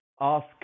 ask